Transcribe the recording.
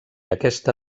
aquesta